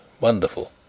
wonderful